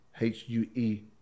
H-U-E